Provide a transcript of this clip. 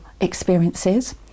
experiences